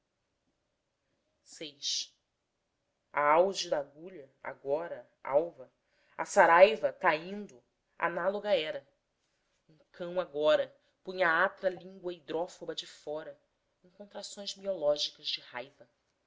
planetas à álgida agulha agora alva a saraiva caindo análoga era um cão agora punha a atra língua hidrófoba de fora em contrações miológicas de raiva